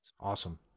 Awesome